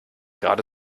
gerade